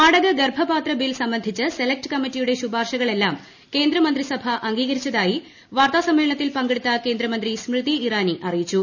വാടക ഗർഭപാത്ര ബിൽ സംബ്ഷണ്ട്രിച്ച് സെലക്ട് കമ്മിറ്റിയുടെ ശുപാർശകളെല്ലാം കേന്ദ്രമന്ത്രിസഭ അ്ഗ്ീകരിച്ചതായി വാർത്താസമ്മേളനത്തിൽ പങ്കെടുത്തൂ ് കേന്ദ്രമന്ത്രി സ്മൃതി ഇറാനി അറിയിച്ചു